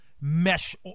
mesh